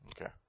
Okay